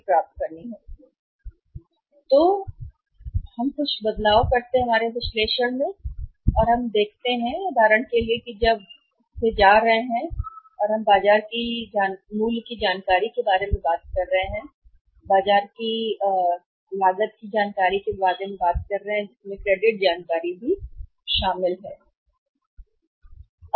तो में हमारे विश्लेषण हम कुछ बदलाव करते हैं और हम देखते हैं कि उदाहरण के लिए जब वे जा रहे हैं जब हम बाजार की जानकारी के बाजार मूल्य की जानकारी के बारे में बात कर रहे हैं जब आप बाजार की जानकारी की लागत के बारे में बात करें जिसमें क्रेडिट जानकारी भी शामिल है